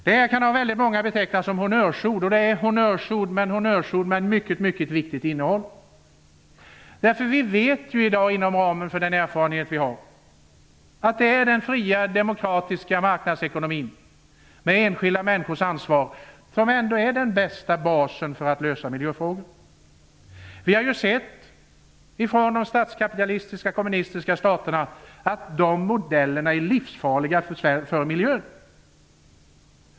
Det kan väldigt många tycka bara är honnörsord, men det är honnörsord med ett mycket viktigt innehåll. Vi vet med den erfarenhet vi har att det är den fria demokratiska marknadsekonomin, med enskilda människors ansvar, som ändå är den bästa basen för att lösa miljöfrågorna. Vi har sett att de statskapitalistiska kommunistiska modellerna är livsfarliga för miljön.